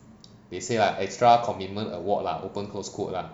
they say like extra commitment award like open close quote lah